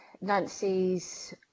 Nancy's